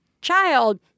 child